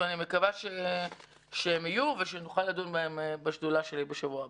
ואני מקווה שהן יהיו ושנוכל לדון בהן בשדולה שלי בשבוע הבא.